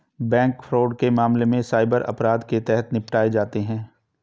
bank fraud के मामले cyber अपराध के तहत निपटाए जाते हैं